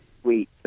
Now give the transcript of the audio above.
sweet